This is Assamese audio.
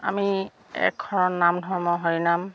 আমি একশৰণ নাম ধৰ্ম হৰিনাম